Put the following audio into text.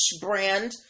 brand